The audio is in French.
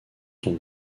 sont